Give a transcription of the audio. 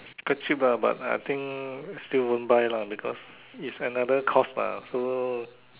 quite cheap lah but I think I still won't buy lah because is another cost lah so